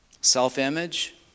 self-image